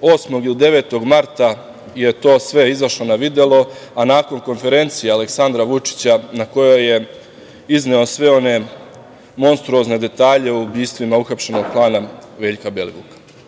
8. ili 9. marta je to sve izašlo na videlo, a nakon konferencije Aleksandra Vučića, na kojoj je izneo sve one monstruozne detalje o ubistvima uhapšenog klana Veljka Belivuka.